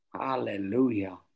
Hallelujah